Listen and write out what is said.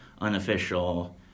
unofficial